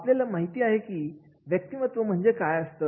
आपल्याला माहिती आहे की व्यक्तिमत्त्व म्हणजे काय असतं